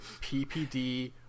PPD